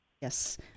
Yes